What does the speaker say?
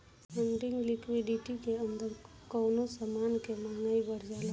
funding liquidity के अंदर कवनो समान के महंगाई बढ़ जाला